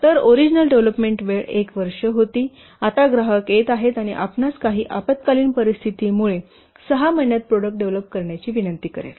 तरओरिजिनल development वेळ 1 वर्ष होती आता ग्राहक येत आहे आणि आपणास काही आपत्कालीन परिस्थितीमुळे 6 महिन्यांत प्रॉडक्ट डेव्हलप करण्याची विनंती करेल